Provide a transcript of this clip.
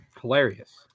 hilarious